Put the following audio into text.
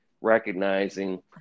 recognizing